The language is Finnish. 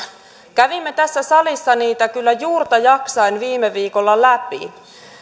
kävimme tässä salissa niitä kyllä juurta jaksain viime viikolla läpi